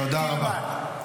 תודה רבה.